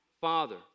Father